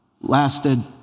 lasted